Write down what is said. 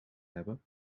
hebben